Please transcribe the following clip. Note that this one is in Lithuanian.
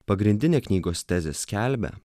pagrindinė knygos tezė skelbia